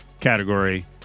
category